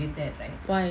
why